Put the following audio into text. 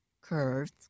curves